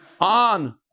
On